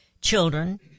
Children